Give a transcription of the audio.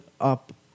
up